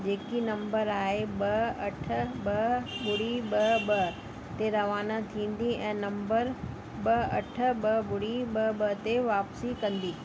जेकी नम्बर आहे ॿ अठ ॿ ॿुड़ी ॿ ॿ ते रवाना थींदी ऐं नम्बर ॿ अठ ॿ ॿुड़ी ॿ ॿ ते वापिसी कंदी